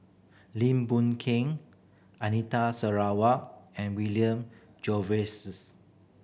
Lim Boon Keng Anita Sarawak and William